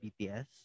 BTS